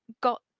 got